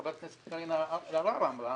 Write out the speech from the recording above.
חברת הכנסת קארין אלהרר אמרה